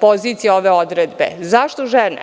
pozicija ove odredbe, zašto žene?